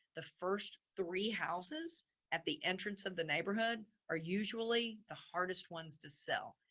the first three houses at the entrance of the neighborhood are usually the hardest ones to sell.